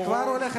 אתה כבר עולה,